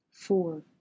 Four